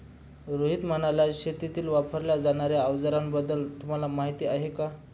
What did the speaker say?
मोहित म्हणाला, शेतीत वापरल्या जाणार्या अवजारांबद्दल तुम्हाला माहिती आहे का?